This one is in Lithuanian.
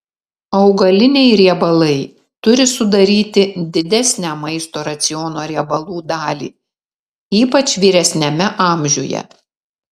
augaliniai riebalai turi sudaryti didesnę maisto raciono riebalų dalį ypač vyresniame amžiuje